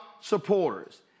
supporters